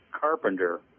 carpenter